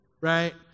right